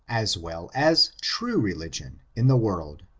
as well as true religion, in the world.